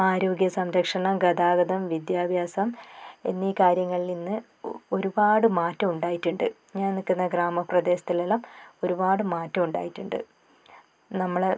ആരോഗ്യ സംരക്ഷണം ഗതാഗതം വിദ്യാഭ്യാസം എന്നീ കാര്യങ്ങളിൽ നിന്ന് ഒരുപാട് മാറ്റം ഉണ്ടായിട്ടുണ്ട് ഞാൻ നിൽക്കുന്ന ഗ്രാമപ്രദേശത്തിലെല്ലാം ഒരുപാട് മാറ്റം ഉണ്ടായിട്ടുണ്ട് നമ്മൾ